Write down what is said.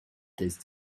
tastes